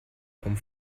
vom